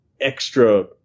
extra